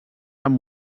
amb